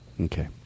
Okay